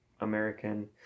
american